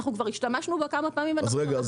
אנחנו כבר השתמשנו בה כמה פעמים --- רגע,